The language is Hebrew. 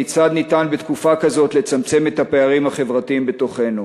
כיצד ניתן בתקופה כזאת לצמצם את הפערים החברתיים בתוכנו?